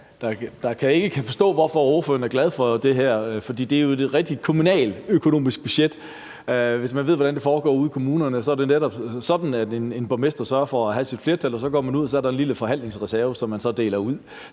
der ikke kan forstå, hvorfor ordføreren er glad for det her. For det er jo et rigtigt kommunalt økonomisk budget. For hvis man ved, hvordan det foregår ude i kommunerne, så ved man også, at det netop er sådan, at en borgmester sørger for at have sit flertal, og at der så er en lille forhandlingsreserve, som man deler ud